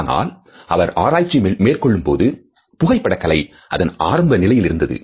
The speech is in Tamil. ஆனால் அவர் ஆராய்ச்சி மேற்கொள்ளும் போது புகைப்பட கலை அதன் ஆரம்ப நிலையிலிருந்தது